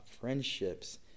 friendships